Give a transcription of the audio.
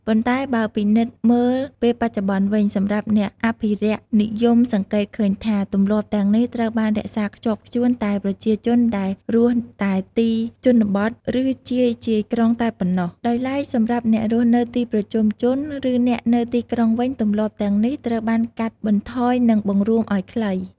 ប៉ុន្តែបើពិនិត្យមើលពេលបច្ចុប្បន្នវិញ សម្រាប់អ្នកអភិរក្សនិយមសង្កេតឃើញថា ទម្លាប់ទាំងនេះត្រូវបានរក្សាខ្ជាប់ខ្ជួនតែប្រជាជនដែលរស់តែទីជនបទ ឬជាយៗក្រុងតែប៉ុណ្ណោះ ដោយឡែកសម្រាប់អ្នករស់នៅទីប្រជុំជន ឬអ្នកនៅទីក្រុងវិញ ទម្លាប់ទាំងនេះត្រូវបានកាត់បន្ថយនិងបង្រួមឲ្យខ្លី។